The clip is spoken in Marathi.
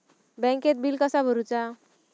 बँकेत बिल कसा भरुचा?